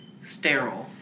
sterile